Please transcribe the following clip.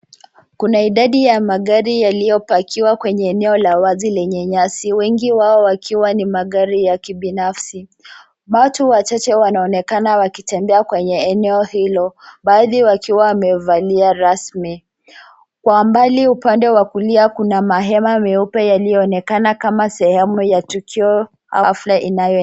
Kuna idadi ya magari yaliyopakiwa kwenye eneo la wazi lenye nyasi wengi wao wakiwa ni magari ya kibinafsi. Watu wachache wanaonekana wakitembea kwenye eneo hilo baadhi wakiwa wamevalia rasmi. Kwa mbali upande wa kulia kuna mahema meupe walionekana kama sehemu ya tukio au hafla inayoendelea.